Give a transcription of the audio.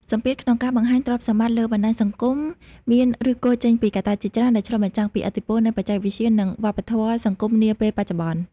សម្ពាធក្នុងការបង្ហាញទ្រព្យសម្បត្តិលើបណ្តាញសង្គមមានឫសគល់ចេញពីកត្តាជាច្រើនដែលឆ្លុះបញ្ចាំងពីឥទ្ធិពលនៃបច្ចេកវិទ្យា និងវប្បធម៌សង្គមនាពេលបច្ចុប្បន្ន។